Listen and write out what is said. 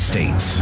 States